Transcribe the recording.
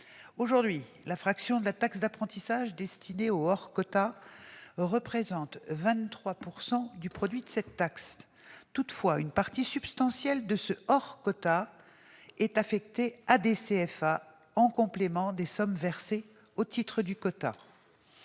Aujourd'hui, la fraction de la taxe d'apprentissage destinée au « hors quota » représente 23 % du produit de cette taxe. Toutefois, une partie substantielle de ce « hors quota » est affecté à des CFA en complément des sommes versées au titre du quota.